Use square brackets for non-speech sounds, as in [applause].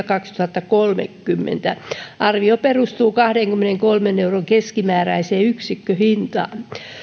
[unintelligible] kaksituhattakolmekymmentä arvio perustuu kahdenkymmenenkolmen euron keskimääräiseen yksikköhintaan